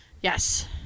Yes